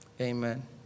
Amen